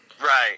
Right